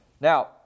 Now